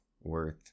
worth